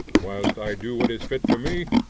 whilst i do what is fit for me,